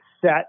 set